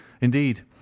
indeed